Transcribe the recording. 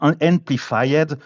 amplified